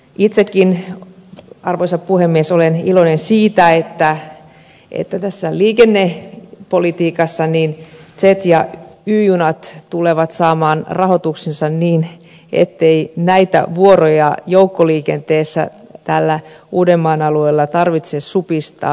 itsekin arvoisa puhemies olen iloinen siitä että tässä liikennepolitiikassa z ja y junat tulevat saamaan rahoituksensa niin ettei näitä vuoroja joukkoliikenteessä tällä uudenmaan alueella tarvitse supistaa